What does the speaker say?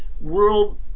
world